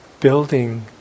building